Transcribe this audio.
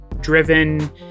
driven